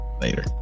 Later